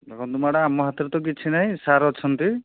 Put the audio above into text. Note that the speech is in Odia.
ଦେଖନ୍ତୁ ମ୍ୟାଡ଼ାମ୍ ଆମ ହାତରେ ତ କିଛି ନାହିଁ ସାର୍ ଅଛନ୍ତି